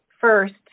first